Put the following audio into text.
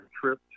trip